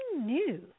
new